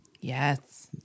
Yes